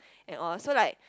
and all so like